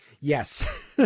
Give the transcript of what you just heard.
Yes